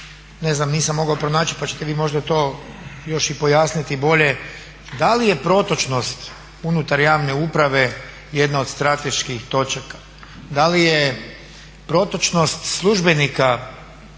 ne znam nisam mogao pronaći pa će te vi to možda još i pojasniti bolje da li je protočnost unutar javne uprave jedna od strateških točaka, da li je protočnost službenika